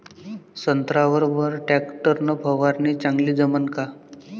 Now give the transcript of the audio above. संत्र्यावर वर टॅक्टर न फवारनी चांगली जमन का?